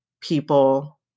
people